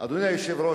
אדוני היושב-ראש,